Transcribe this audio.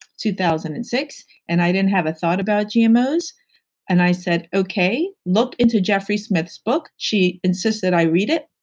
two thousand and six and i didn't have a thought about gmos and i said okay. look into jeffery smith's book. she insists that i read it.